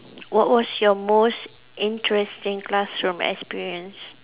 what was your most interesting classroom experience